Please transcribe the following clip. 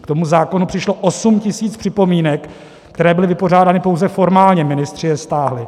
K tomu zákonu přišlo 8 tisíc připomínek, které byly vypořádány pouze formálně, ministři je stáhli.